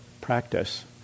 practice